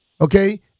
Okay